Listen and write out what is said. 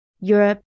Europe